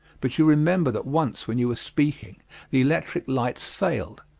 but you remember that once when you were speaking the electric lights failed,